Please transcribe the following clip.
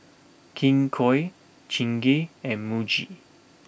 King Koil Chingay and Muji